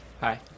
Hi